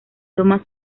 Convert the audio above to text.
toma